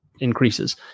increases